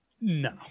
No